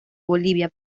bolivia